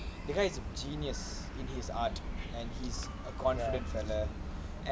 you guys have genius in his art and he's a corner